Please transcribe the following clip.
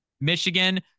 Michigan